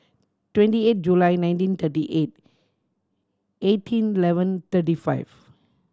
twenty eight July nineteen thirty eight eighteen eleven thirty five